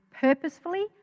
purposefully